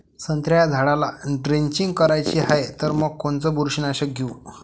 संत्र्याच्या झाडाला द्रेंचींग करायची हाये तर मग कोनच बुरशीनाशक घेऊ?